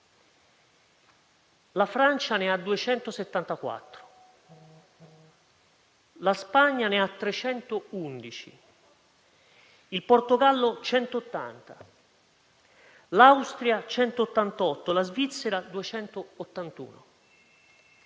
la Francia 274, la Spagna 311, il Portogallo 180, l'Austria 188 e la Svizzera 281: